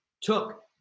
took